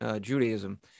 Judaism